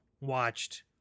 watched